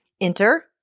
Enter